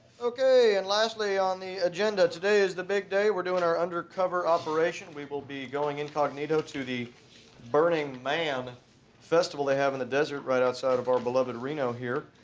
okay and lastly on the agenda, today is the big day! we're doing our undercover operation, we will be going incognito into the burning man festival they have in the desert right outside of our beloved reno here.